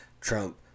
Trump